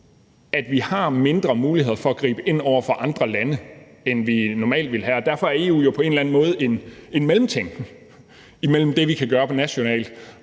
at vi har færre muligheder for at gribe ind over for andre lande, end vi normalt ville have. Og derfor er EU jo på en eller anden måde en mellemting imellem det, vi kan gøre på nationalt